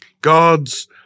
God's